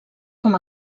com